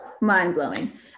mind-blowing